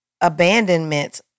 abandonment